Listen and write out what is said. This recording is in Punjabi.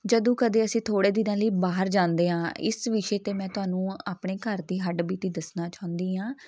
ਜਦੋਂ ਕਦੇ ਅਸੀਂ ਥੋੜ੍ਹੇ ਦਿਨਾਂ ਲਈ ਬਾਹਰ ਜਾਂਦੇ ਹਾਂ ਇਸ ਵਿਸ਼ੇ 'ਤੇ ਮੈਂ ਤੁਹਾਨੂੰ ਆਪਣੇ ਘਰ ਦੀ ਹੱਡਬੀਤੀ ਦੱਸਣਾ ਚਾਹੁੰਦੀ ਹਾਂ